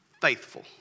faithful